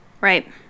Right